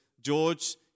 George